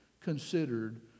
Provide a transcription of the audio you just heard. considered